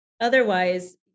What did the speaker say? otherwise